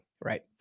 right